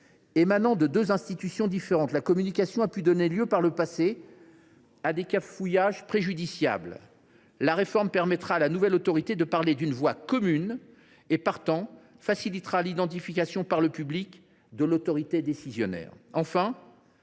Émanant de deux institutions différentes, la communication sur ces sujets a pu donner lieu, par le passé, à des cafouillages préjudiciables. La réforme permettra à la nouvelle autorité de parler d’une voix commune et, partant, facilitera l’identification par le public de l’autorité décisionnaire.